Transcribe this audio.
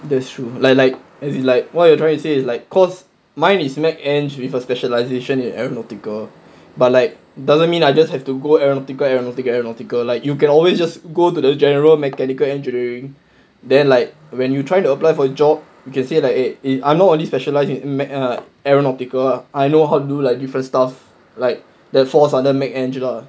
that's true like like as in like why you trying to say is like because mine is mechanical engineering with a specialisation in aeronautical but like doesn't mean I just have to go aeronautical aeronautical aeronautical aeronautical like you can always just go to the general mechanical engineering then like when you try to apply for a job you can say like eh eh I'm not only specialise in err aeronautical ah I know how do like different stuff like that falls under mechanical engineering lah